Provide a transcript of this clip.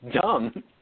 dumb